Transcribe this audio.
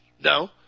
No